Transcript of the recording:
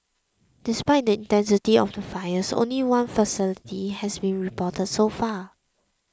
despite the intensity of the fires only one fatality has been reported so far